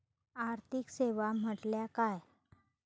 आर्थिक सेवा म्हटल्या काय?